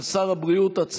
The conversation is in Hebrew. של שר הבריאות.